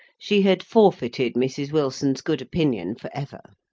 she had forfeited mrs. wilson's good opinion for ever.